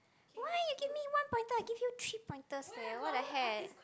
why you give me one pointer I give you three pointers eh what the heck